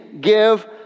give